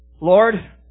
Lord